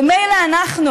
ומילא אנחנו,